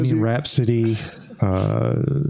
Rhapsody